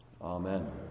Amen